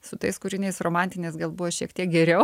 su tais kūriniais romantiniais gal buvo šiek tiek geriau